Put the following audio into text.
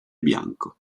bianco